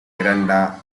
miranda